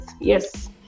Yes